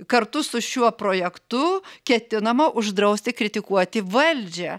kartu su šiuo projektu ketinama uždrausti kritikuoti valdžią